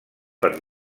per